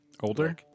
Older